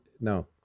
No